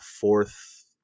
fourth